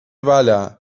vaļā